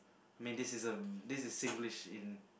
I mean this is a this is Singlish in